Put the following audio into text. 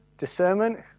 Discernment